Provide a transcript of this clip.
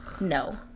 no